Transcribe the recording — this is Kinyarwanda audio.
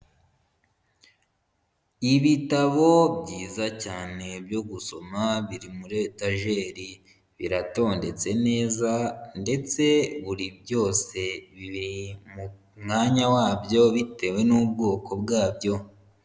Ibitabo byiza cyane byo gusoma biri muri etajeri, biratondetse neza ndetse buri byose biri mwanya wabyo bitewe n'ubwoko bwabyo.